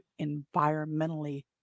environmentally